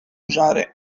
usare